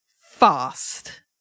fast